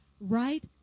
right